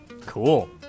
cool